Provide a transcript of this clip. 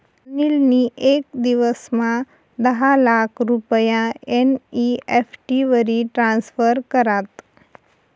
अनिल नी येक दिवसमा दहा लाख रुपया एन.ई.एफ.टी वरी ट्रान्स्फर करात